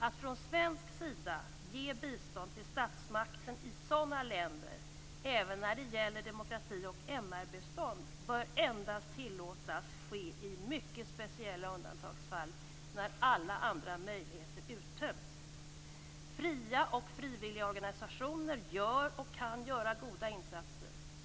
Att från svensk sida ge bistånd till statsmakten i sådana länder även när det gäller demokrati och MR-bistånd bör endast tillåtas ske i mycket speciella undantagsfall när alla andra möjligheter uttömts. Fria och frivilliga organisationer gör och kan göra goda insatser.